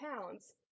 pounds